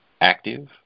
active